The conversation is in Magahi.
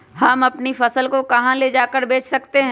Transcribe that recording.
हम अपनी फसल को कहां ले जाकर बेच सकते हैं?